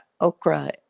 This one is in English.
Okra